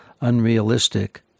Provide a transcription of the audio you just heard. unrealistic